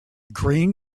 green